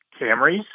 Camrys